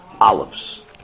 olives